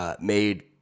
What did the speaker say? made